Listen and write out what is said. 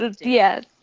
Yes